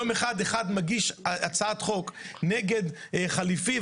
יום אחד מישהו מגיש הצעת חוק נגד חליפי,